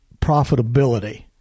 profitability